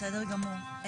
בסדר גמור.